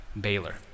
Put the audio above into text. Baylor